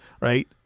Right